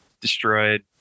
destroyed